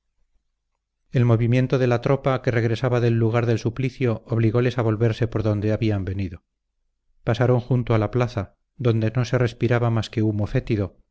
el movimiento de la tropa que regresaba del lugar del suplicio obligoles a volverse por donde habían venido pasaron junto a la plaza donde no se respiraba más que humo fétido